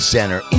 Center